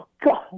God